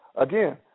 Again